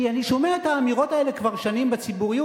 כי אני שומע את האמירות האלה כבר שנים בציבוריות: